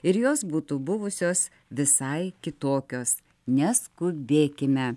ir jos būtų buvusios visai kitokios neskubėkime